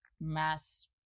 mass